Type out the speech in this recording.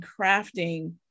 crafting